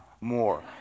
more